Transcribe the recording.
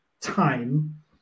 time